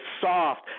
soft